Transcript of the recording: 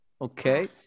Okay